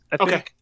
Okay